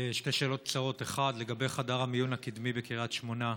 שתי שאלות קצרות: לגבי חדר המיון הקדמי בקריית שמונה,